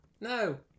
No